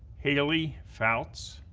haley fouts,